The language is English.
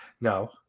no